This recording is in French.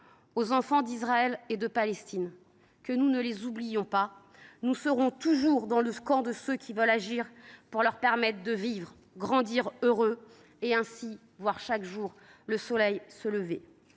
aux enfants d’Israël et de Palestine que nous ne les oublions pas. Nous serons toujours dans le camp de ceux qui veulent agir pour leur permettre de vivre et de grandir heureux, afin qu’ils voient chaque jour le soleil se lever.